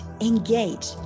engage